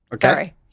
Sorry